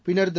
பின்னர் திரு